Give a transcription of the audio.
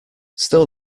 still